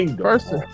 First